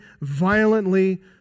violently